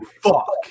fuck